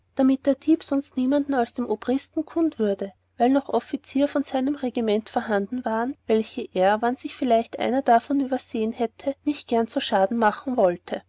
damit der dieb sonst niemand als dem obristen kund würde weil noch offizier von seinem regiment vorhanden waren welche er wann sich vielleicht einer davon übersehen hätte nicht gern zuschanden machen wollte